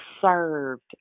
served